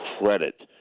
credit